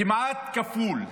כמעט כפול,